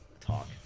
talk